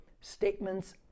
statements